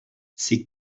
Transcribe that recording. c’est